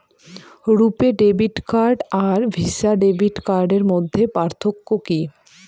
রূপে debit card আর Visa debit কার্ডের মধ্যে পার্থক্য কি?